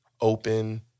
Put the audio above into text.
open